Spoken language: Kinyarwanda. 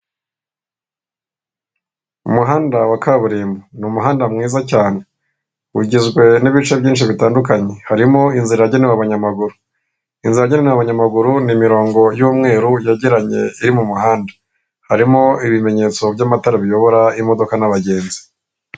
Umuhanda wa kaburimbo, ni umuhanda mwiza cyane, ugizwaya n'ibice byinshi bitandukanye, harimo inzira yagenewe abanyamaguru. Inzira yagenewe abanyamaguru ni imirongo y'umweru yegeranye iri mu muhanda, harimo ibimenyetso by'amatara biyobora imodoka n'abagenzi.